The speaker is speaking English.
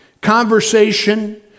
conversation